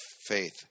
faith